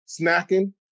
snacking